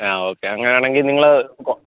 ആ ഓക്കെ അങ്ങനാണെങ്കിൽ നിങ്ങൾ കൊ